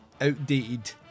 outdated